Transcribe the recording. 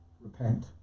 Repent